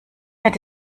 mehr